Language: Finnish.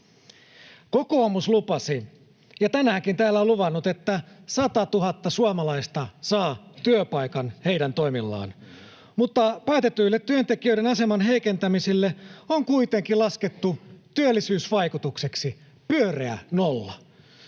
Kokoomus lupasi — ja tänäänkin täällä on luvannut — että 100 000 suomalaista saa työpaikan heidän toimillaan. Mutta päätetyille työntekijöiden aseman heikentämisille on kuitenkin laskettu työllisyysvaikutukseksi pyöreä nolla.